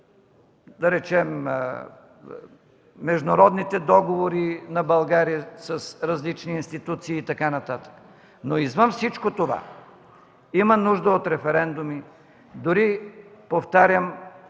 да речем международните договори на България с различни институции и така нататък, но извън всичко това има нужда от референдуми, дори повтарям